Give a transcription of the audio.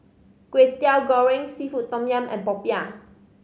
Kwetiau Goreng seafood tom yum and popiah